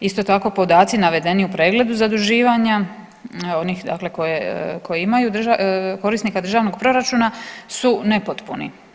Isto tako podaci navedeni u pregledu zaduživanja onih dakle koje imaju korisnika državnog proračuna su nepotpuni.